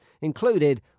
included